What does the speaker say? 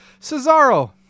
Cesaro